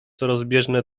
rozbieżne